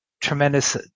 tremendous